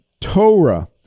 Torah